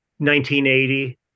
1980